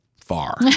far